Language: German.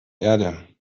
erde